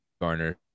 Garner